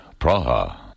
Praha